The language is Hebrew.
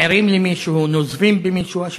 מעירים למישהו, נוזפים במישהו.